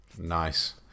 Nice